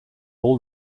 all